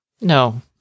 No